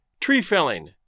tree-felling